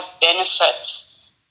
benefits